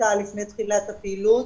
-- -לפני תחילת הפעילות